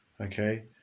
Okay